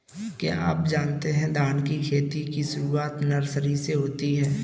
क्या आप जानते है धान की खेती की शुरुआत नर्सरी से होती है?